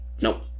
Nope